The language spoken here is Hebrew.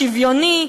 שוויוני.